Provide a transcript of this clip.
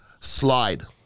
Slide